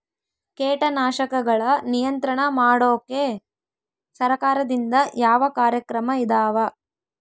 ಕೇಟನಾಶಕಗಳ ನಿಯಂತ್ರಣ ಮಾಡೋಕೆ ಸರಕಾರದಿಂದ ಯಾವ ಕಾರ್ಯಕ್ರಮ ಇದಾವ?